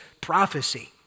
prophecy